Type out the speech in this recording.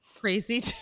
crazy